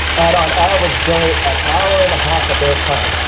and on average donate an hour and a half of their time